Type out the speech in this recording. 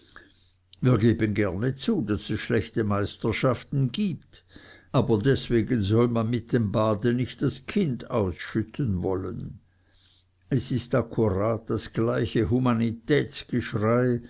wir geben gerne zu daß es schlechte meisterschaften gibt aber deswegen soll man mit dem bade nicht das kind ausschütten wollen es ist akkurat das gleiche